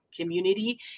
community